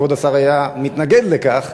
כבוד השר היה מתנגד לכך,